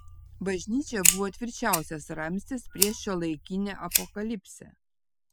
bažnyčia buvo tvirčiausias ramstis prieš šiuolaikinę apokalipsę